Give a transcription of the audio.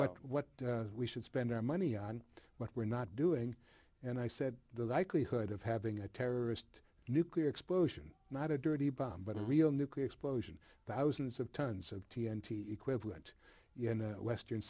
that's what we should spend our money on but we're not doing and i said the likelihood of having a terrorist nuclear explosion not a dirty bomb but a real nuclear explosion thousands of tons of t n t equivalent you know western